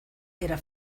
era